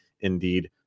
Indeed